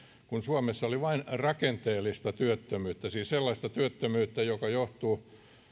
kun suomessa oli vain rakenteellista työttömyyttä siis sellaista työttömyyttä joka johtuu